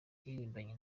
yaririmbanye